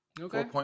okay